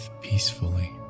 peacefully